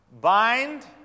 Bind